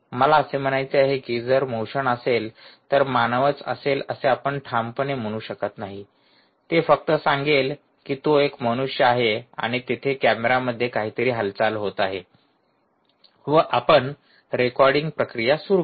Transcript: मला असे म्हणायचे आहे कि जर मोशन असेल तर मानवच असेल असे आपण ठामपणे म्हणू शकत नाही ते फक्त सांगेल की तो एक मनुष्य आहे आणि तेथे कॅमेऱ्यामध्ये काहीतरी हालचाल होत आहे व आपण रेकॉर्डिंग प्रक्रिया सुरू करू